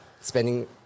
Spending